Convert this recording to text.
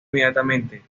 inmediatamente